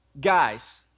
Guys